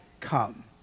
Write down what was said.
come